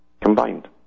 Combined